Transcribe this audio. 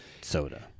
soda